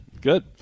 Good